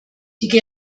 diese